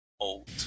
old